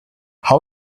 how